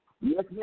Yes